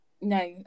No